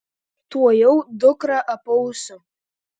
tuojau dukrą apausiu